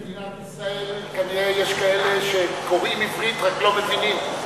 במדינת ישראל יש כנראה כאלה שקוראים עברית רק לא מבינים.